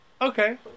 okay